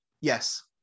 Yes